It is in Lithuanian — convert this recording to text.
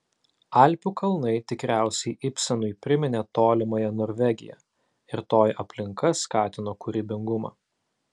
alpių kalnai tikriausiai ibsenui priminė tolimąją norvegiją ir toji aplinka skatino kūrybingumą